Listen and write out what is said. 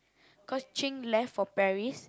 cause Jing left for Paris